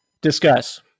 discuss